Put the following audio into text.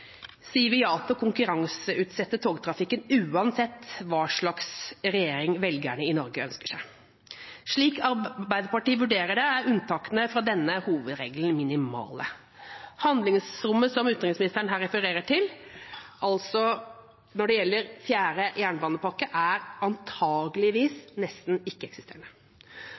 ja til å konkurranseutsette togtrafikken uansett hva slags regjering velgerne i Norge ønsker seg. Slik Arbeiderpartiet vurderer det, er unntakene fra denne hovedregelen minimale. Handlingsrommet som utenriksministeren her refererer til, altså når det gjelder fjerde jernbanepakke, er antakeligvis nesten